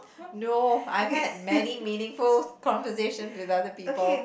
no I hate many meaningful conversation with other people